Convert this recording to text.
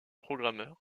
programmeur